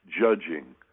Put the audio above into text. Judging